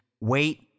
wait